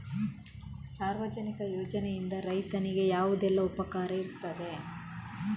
ಸಾರ್ವಜನಿಕ ಯೋಜನೆಯಿಂದ ರೈತನಿಗೆ ಯಾವುದೆಲ್ಲ ಉಪಕಾರ ಇರ್ತದೆ?